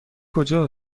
کجا